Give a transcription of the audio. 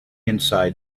inside